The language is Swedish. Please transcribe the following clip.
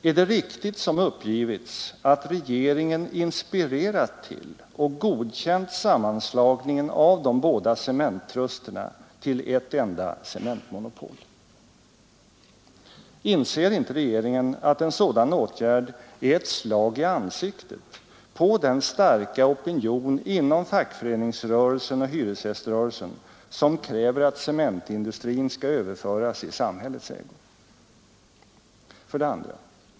Är det riktigt som uppgivits att regeringen inspirerat till och godkänt sammanslagningen av de båda cementtrusterna till ett enda cementmonopol? Inser inte regeringen att en sådan åtgärd är ett slag i ansiktet på den starka opinion inom fackföreningsrörelsen och hyresgäströrelsen som kräver att cementindustrin skall överföras i samhällets ägo? 2.